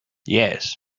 yes